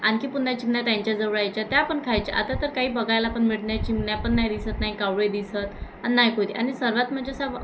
आणखी पुन्हा चिमण्या त्यांच्या जवळ यायच्या त्या पण खायच्या आता तर काही बघाला पण मिळत नाही चिमण्या पण नाही दिसत नाही कावळे दिसत आणि नाही कोती आणि सर्वात म्हणजे असं